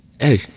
hey